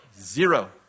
Zero